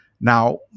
now